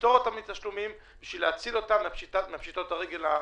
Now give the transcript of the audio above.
לפטור אותם מתשלומים כדי להציל אותם מפשיטות הרגל העתידיות.